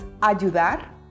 ayudar